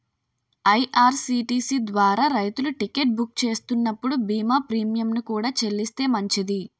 IRCTC ద్వారా రైలు ticket book చేస్తున్నప్పుడు బీమా ప్రీమియంను కూడా చెల్లిస్తే మంచిది